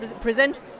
present